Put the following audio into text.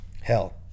hell